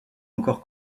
encore